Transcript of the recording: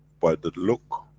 by the look,